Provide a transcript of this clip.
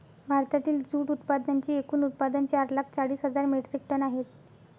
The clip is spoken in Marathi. भारतातील जूट उत्पादनांचे एकूण उत्पादन चार लाख चाळीस हजार मेट्रिक टन आहे